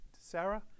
Sarah